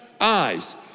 eyes